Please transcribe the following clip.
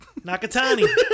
Nakatani